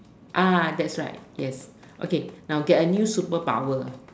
ah that's right yes okay now get a new super power